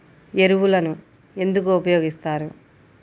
ఎరువులను ఎందుకు ఉపయోగిస్తారు?